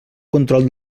control